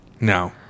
no